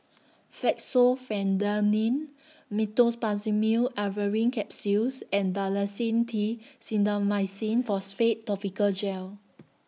Fexofenadine Meteospasmyl Alverine Capsules and Dalacin T Clindamycin Phosphate Topical Gel